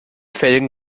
felgen